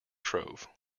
trove